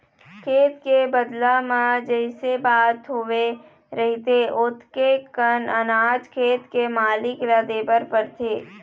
खेत के बदला म जइसे बात होवे रहिथे ओतके कन अनाज खेत के मालिक ल देबर परथे